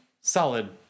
solid